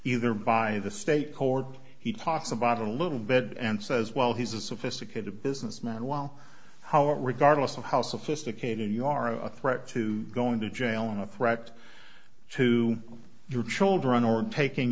either by the state court he talks about a little bit and says well he's a sophisticated businessman well how regardless of how sophisticated you are a threat to going to jail and a threat to your children or taking